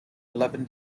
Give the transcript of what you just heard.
eleven